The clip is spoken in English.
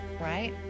right